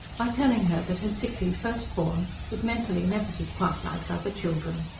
by telling her that her sickly first-born would mentally never be quite like other children.